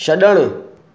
छड॒णु